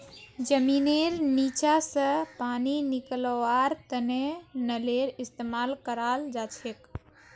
जमींनेर नीचा स पानी निकलव्वार तने नलेर इस्तेमाल कराल जाछेक